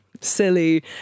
silly